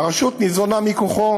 והרשות ניזונה מכוחו,